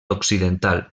occidental